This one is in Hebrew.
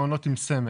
מעונות עם סמל.